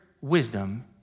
wisdom